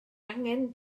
angen